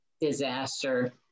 disaster